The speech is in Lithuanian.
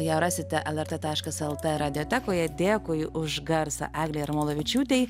ją rasite lrt taškas lt radiotekoje dėkui už garsą eglei jarmalavičiūtei